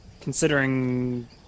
Considering